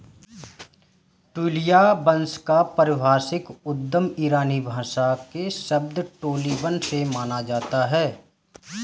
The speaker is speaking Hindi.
ट्यूलिया वंश का पारिभाषिक उद्गम ईरानी भाषा के शब्द टोलिबन से माना जाता है